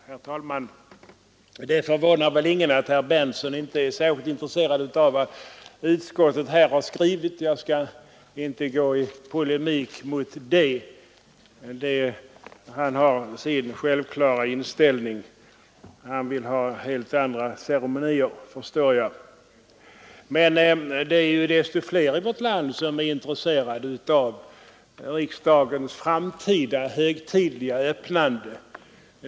Herr talman! Det förvånar väl ingen att herr Berndtson inte är särskilt intresserad av vad utskottet här har skrivit. Jag skall inte gå i polemik mot honom i det avseendet. Han har sin självklara inställning, han vill ha helt andra ceremonier, förstår jag. Men det är ju desto fler i vårt land som är intresserade av riksdagens uppfattning om det framtida högtidliga öppnandet.